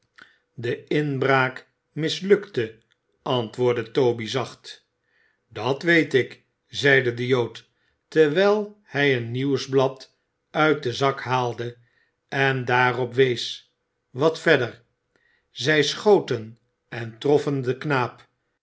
de inbraak mislukte antwoordde toby zacht dat weet ik zeide de jood terwijl hij een nieuwsblad uit den zak haalde en daarop wees wat verder zij schoten en troffen den knaap